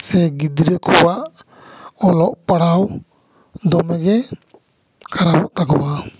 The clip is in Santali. ᱥᱮ ᱜᱤᱫᱽᱨᱟ ᱠᱚᱣᱟᱜ ᱚᱞᱚᱜ ᱯᱟᱲᱦᱟᱣ ᱫᱚᱢᱮᱜᱮᱭ ᱠᱷᱟᱨᱟᱯᱚᱜ ᱛᱟᱠᱚᱭᱟ